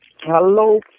Hello